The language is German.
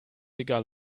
egal